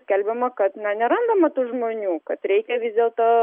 skelbiama kad na nerandama tų žmonių kad reikia vis dėlto